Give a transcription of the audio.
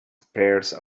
pairs